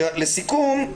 לסיכום,